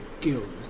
Guild